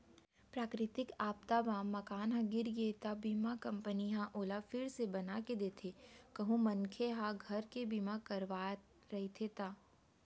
पराकरितिक आपदा म मकान ह गिर गे त बीमा कंपनी ह ओला फिर से बनाके देथे कहूं मनखे ह घर के बीमा करवाय रहिथे ता